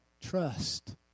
Trust